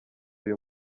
uyu